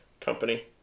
company